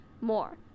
more